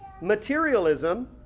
materialism